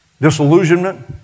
Disillusionment